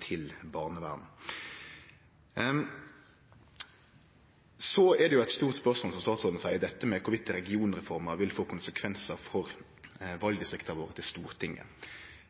til barnevern. Så er det eit stort spørsmål, som statsråden seier, om regionreforma vil få konsekvensar for valdistrikta våre ved stortingsval.